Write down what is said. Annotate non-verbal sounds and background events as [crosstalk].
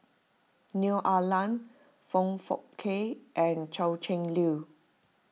Neo Ah Luan Foong Fook Kay and [unintelligible] Liu